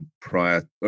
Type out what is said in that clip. prior